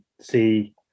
see